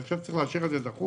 ואני חושב שצריך לאשר את זה דחוף,